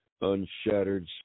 unshattered